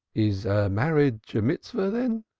is marriage a mitzvah, then?